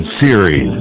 series